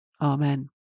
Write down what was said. Amen